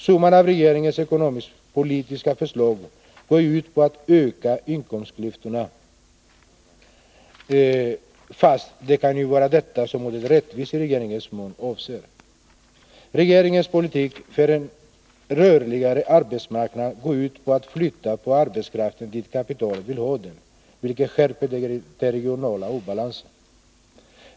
Summan av regeringens ekonomisk-politiska förslag går ju ut på att öka inkomstklyftorna — fast det kan ju vara detta som ordet ”rättvis” i regeringens mun avser. Regeringens politik för en rörligare arbetsmarknad går ju ut på att flytta på arbetskraften dit kapitalet vill ha den, vilket skärper den regionala obalansen.